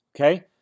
okay